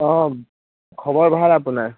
অঁ খবৰ ভাল আপোনাৰ